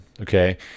okay